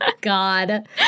God